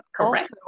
Correct